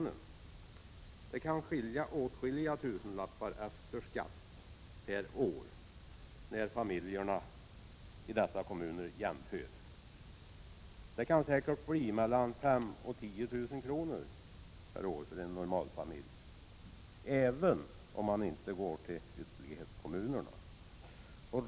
För en familj kan det skilja åtskilliga tusenlappar per år efter skatt beroende på i vilken typ av kommun familjen bor. Det kan säkert bli mellan 5 000 och 10 000 kr. per år för en normal familj, även om man inte går till ytterlighetskommunerna.